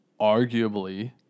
arguably